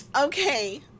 okay